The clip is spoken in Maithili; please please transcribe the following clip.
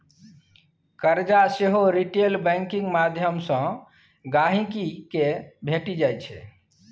करजा सेहो रिटेल बैंकिंग माध्यमसँ गांहिकी केँ भेटि जाइ छै